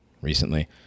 recently